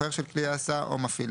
שוכר של כלי ההסעה או מפעילו,